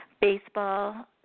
baseball